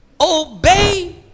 Obey